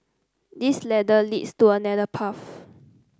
this ladder leads to another path